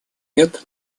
нет